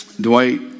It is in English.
Dwight